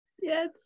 Yes